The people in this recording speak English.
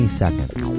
seconds